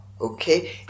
okay